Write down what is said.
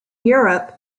europe